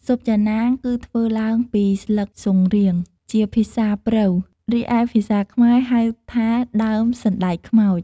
ស៊ុបចាណាងគឺធ្វើឡើងពីស្លឹកស៊ុងរៀង ជាភាសាព្រៅ រីឯភាសាខ្មែរហៅថាដើម សណ្តែកខ្មោច។